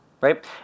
right